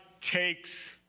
takes